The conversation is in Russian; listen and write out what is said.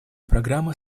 программа